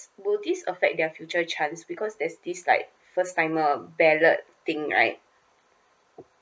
would this affect their future chance because there's this like first timer ballot thing right